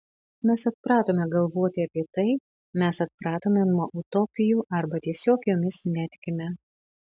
mes atpratome galvoti apie tai mes atpratome nuo utopijų arba tiesiog jomis netikime